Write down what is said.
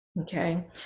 okay